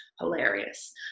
Hilarious